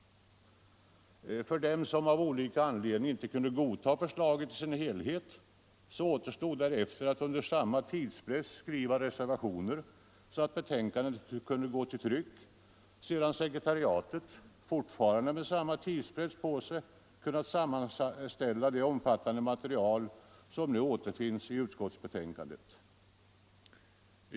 För dem som av olika anledning inte kunde godta förslaget i dess helhet återstod därefter att under samma tidspress skriva reservationer, så att betänkandet kunde gå till tryck, sedan sekretariatet — fortfarande med samma tidspress på sig — kunnat sammanställa det omfattande material som nu återfinns i utskottsbetänkandet.